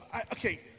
Okay